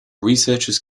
researchers